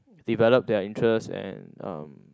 develop their interest and uh